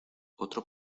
otro